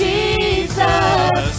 Jesus